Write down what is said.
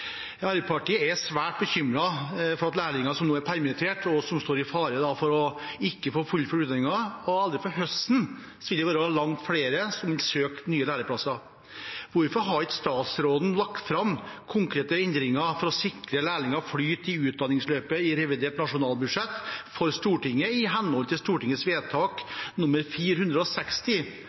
Arbeiderpartiet er svært bekymret for lærlinger som nå er permitterte og som i dag ikke vet om de får fullført utdanningen. Allerede fra høsten vil nye elever ha behov for lærlingeplasser. Hvorfor har ikke statsråden lagt frem konkrete endringer for å sikre lærlinger flyt i utdanningsløpet i revidert nasjonalbudsjett for Stortinget i henhold til Stortingets vedtak nr. 460?»